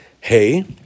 Hey